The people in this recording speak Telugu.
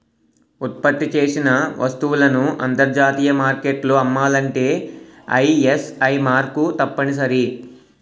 ఉత్పత్తి చేసిన వస్తువులను అంతర్జాతీయ మార్కెట్లో అమ్మాలంటే ఐఎస్ఐ మార్కు తప్పనిసరి